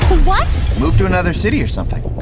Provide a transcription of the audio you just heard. what? move to another city or something.